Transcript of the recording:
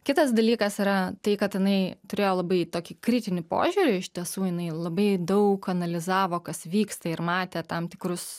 kitas dalykas yra tai kad jinai turėjo labai tokį kritinį požiūrį iš tiesų jinai labai daug analizavo kas vyksta ir matė tam tikrus